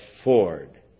afford